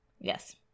Yes